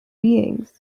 beings